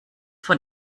von